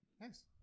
nice